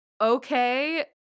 okay